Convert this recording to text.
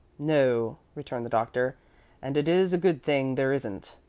no, returned the doctor and it is a good thing there isn't.